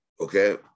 okay